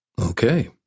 Okay